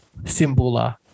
Simbula